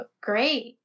Great